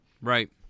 Right